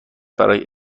برای